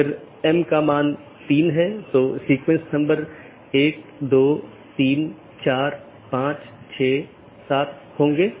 इसपर हम फिर से चर्चा करेंगे